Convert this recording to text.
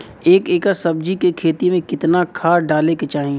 एक एकड़ सब्जी के खेती में कितना खाद डाले के चाही?